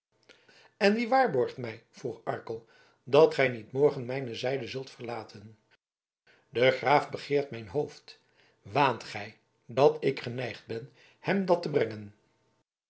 en wie waarborgt mij vroeg arkel dat gij niet morgen mijne zijde zult verlaten de graaf begeert mijn hoofd waant gij dat ik geneigd ben hem dat te brengen